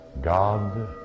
God